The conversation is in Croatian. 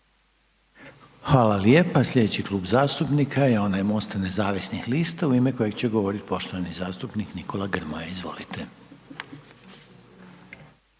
Hvala lijepa. Sljedeći Klub zastupnika je onaj MOST-a nezavisnih lista, u ime kojeg će govoriti poštovani zastupnik Nikola Grmoja, izvolite.